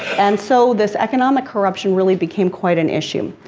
and so this economic corruption really became quite an issue.